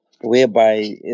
whereby